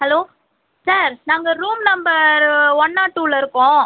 hello sir நாங்கள் room number one nought டூல இருக்கோம்